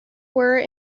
were